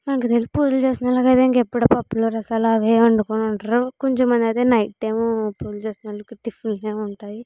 ఇంకా పూజలు చేస్తున్న వాళ్ళకు అయితే ఇంకా ఎప్పుడు పప్పులు రసాలు అవే వండుకొని ఉంటారు కొంచెం అదే నైట్ టైమ్ పులుసు చేసుకొని టిఫిన్లు ఉంటాయి